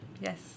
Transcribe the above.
Yes